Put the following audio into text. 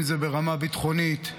אם זה ברמה הביטחונית,